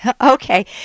Okay